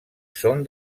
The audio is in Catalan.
són